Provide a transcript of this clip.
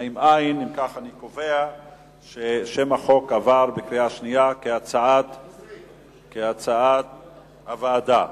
קובע ששם החוק עבר בקריאה שנייה, כהצעת הוועדה.